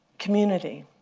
community,